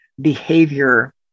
behavior